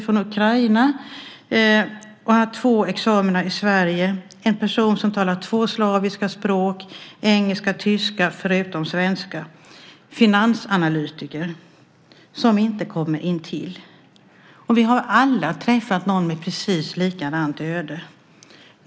från Ukraina, han har två examina i Sverige, han talar två slaviska språk, engelska och tyska förutom svenska - han är en finansanalytiker som inte kommer intill. Vi har alla träffat någon med ett precis likadant öde.